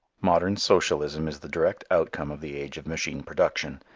modern socialism is the direct outcome of the age of machine production.